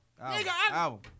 album